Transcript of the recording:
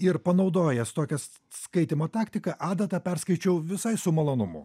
ir panaudojęs tokią skaitymo taktiką adatą perskaičiau visai su malonumu